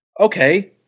okay